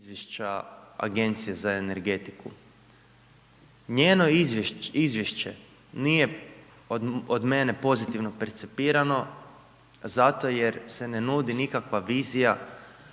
izvješća Agencije za energetiku. Njeno izvješće nije od mene pozitivno percipirano, zato jer se ne nudi nikakva vizija,